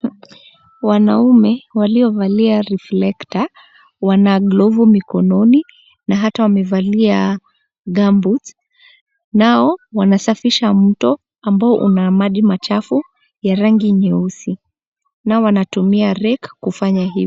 Wanaume waliovalia reflector wana glavu mikononi na hata wamevalia gumboots .Nao wanasafisha mto ambao una maji machafu ya rangi nyeusi na wanatumia reki kufanya hivyo.